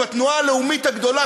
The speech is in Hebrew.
עם התנועה הלאומית הגדולה,